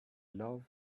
love